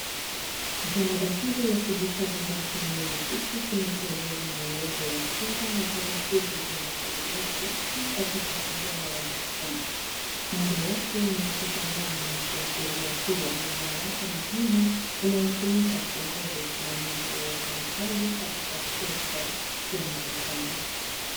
Jarada hili la kijitabu rasmi lenye kichwa kinachoeleza muongozo wa sera na taratibu za raslimali watu katika idara ya mahakama. Muundo wake ni wakitaalam ukiashiria kuwa ni nyalaka muhimu inayotumika kuongoza usimamizi wa wafanyikazi katika sekta ya mahakama.